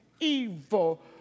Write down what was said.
evil